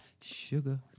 sugar